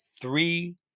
three